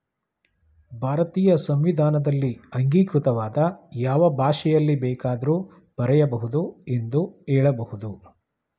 ಭಾರತೀಯ ಸಂವಿಧಾನದಲ್ಲಿ ಅಂಗೀಕೃತವಾದ ಯಾವ ಭಾಷೆಯಲ್ಲಿ ಬೇಕಾದ್ರೂ ಬರೆಯ ಬಹುದು ಎಂದು ಹೇಳಬಹುದು